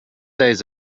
days